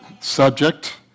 subject